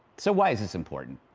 so why is this important?